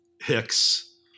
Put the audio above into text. Hicks